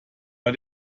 war